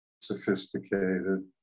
sophisticated